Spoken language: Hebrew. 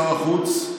שר החוץ,